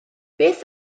beth